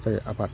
जाय आबाद